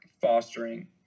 fostering